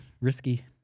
risky